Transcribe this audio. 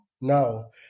no